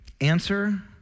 Answer